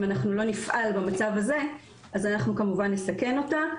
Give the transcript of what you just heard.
אם אנחנו לא נפעל במצב הזה אז אנחנו כמובן נסכן אותה.